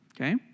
Okay